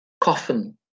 coffin